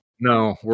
No